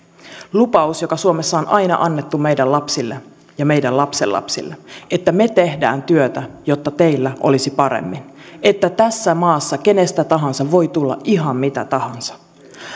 lupauksen joka suomessa on aina annettu meidän lapsille ja meidän lapsenlapsille että me teemme työtä jotta teillä olisi paremmin ja että tässä maassa kenestä tahansa voi tulla ihan mitä tahansa